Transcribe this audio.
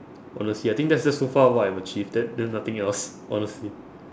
honestly I think that's just so far what I have achieved then then nothing else honestly